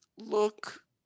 look